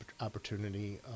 opportunity